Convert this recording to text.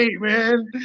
man